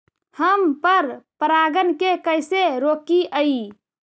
हम पर परागण के कैसे रोकिअई?